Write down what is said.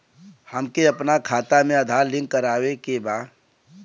हमके अपना खाता में आधार लिंक करावे के बा?